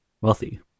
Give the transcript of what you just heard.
wealthy